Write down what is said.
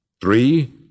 Three